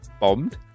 bombed